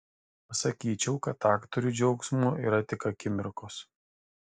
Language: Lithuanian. pasakyčiau kad aktoriui džiaugsmo yra tik akimirkos